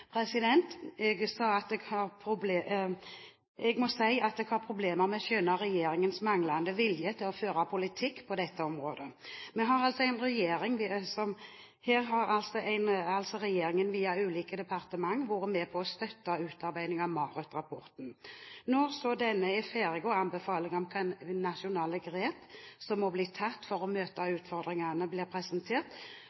Jeg må si at jeg har problemer med å skjønne regjeringens manglende vilje til å føre politikk på dette området. Her har altså regjeringen via ulike departement vært med på å støtte utarbeiding av MARUT-rapporten. Når så denne er ferdig og anbefalingene om hvilke nasjonale grep som må bli tatt for å møte